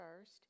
first